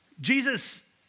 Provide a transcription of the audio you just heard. Jesus